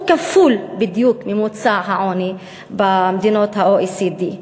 הוא כפול בדיוק מממוצע העוני במדינות ה-OECD.